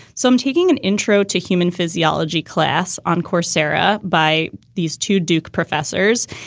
so i'm taking an intro to human physiology class on coursera by these two duke professors.